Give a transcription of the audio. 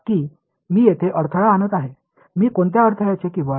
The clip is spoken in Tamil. எனவே இப்போது நான் இங்கே தடையுடன் விளையாடுகிறேன் என்று சொல்லலாம்